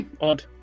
Odd